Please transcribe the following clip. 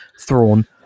Thrawn